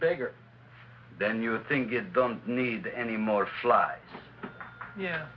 bigger than you think it don't need any more fly